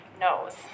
knows